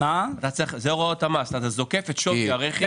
אתה זוקף את שווי הרכב.